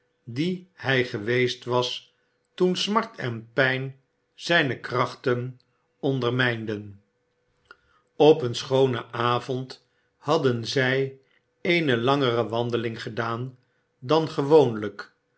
die hij geweest was toen smart en pijn zijne krachten ondermijnden op een schoonen avond hadden zij eene langere wandeling gedaan dan gewoonlijk